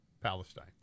Palestine